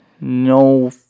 no